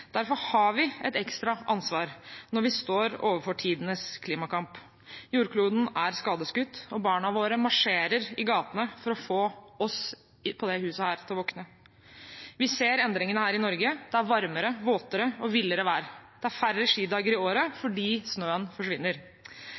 Derfor har vi et ekstra ansvar når vi nå står overfor tidenes klimakamp. Jordkloden er skadeskutt, og barna våre marsjerer i gatene for å få oss i dette huset til å våkne. Vi ser endringene her i Norge: Det er varmere, våtere og villere vær, og det er færre skidager i året fordi snøen forsvinner.